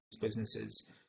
businesses